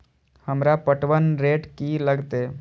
हमरा पटवन रेट की लागते?